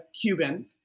Cuban